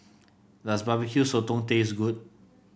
does Barbecue Sotong taste good